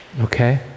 Okay